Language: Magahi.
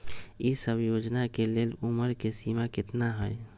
ई सब योजना के लेल उमर के सीमा केतना हई?